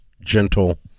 gentle